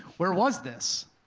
where was this?